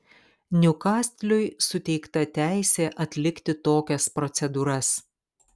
niukastliui suteikta teisė atlikti tokias procedūras